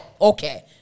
Okay